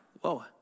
Whoa